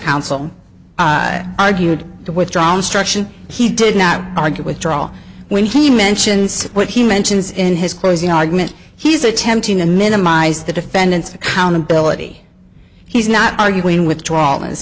counsel argued to withdraw instruction he did not argue with trial when he mentions what he mentions in his closing argument he's attempting to minimize the defendant's accountability he's not arguing with